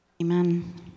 Amen